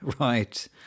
Right